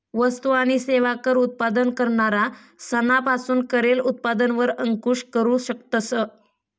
वस्तु आणि सेवा कर उत्पादन करणारा सना पासून करेल उत्पादन वर अंकूश करू शकतस